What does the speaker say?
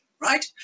Right